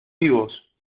vivos